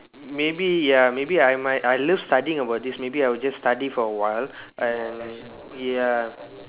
maybe ya maybe I might I love studying about this maybe I will just study for a while and ya